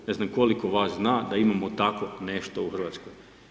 Ne znam koliko vas zna da imamo tako nešto u Hrvatskoj.